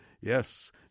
Yes